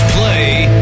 Play